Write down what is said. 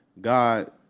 God